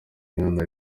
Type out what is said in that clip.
mwana